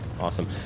Awesome